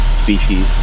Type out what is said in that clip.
species